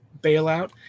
bailout